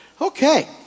Okay